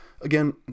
Again